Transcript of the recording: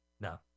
No